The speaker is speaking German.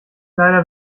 leider